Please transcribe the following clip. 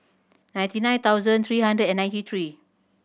ninety nine thousand three hundred and ninety three